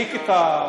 תשתיק את,